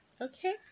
Okay